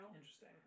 Interesting